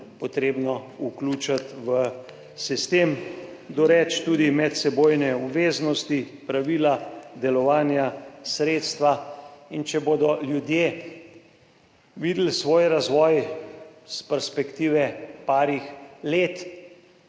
potrebno vključiti v sistem, doreči tudi medsebojne obveznosti, pravila delovanja, sredstva. Če bodo ljudje videli svoj razvoj s perspektive nekaj let,